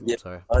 sorry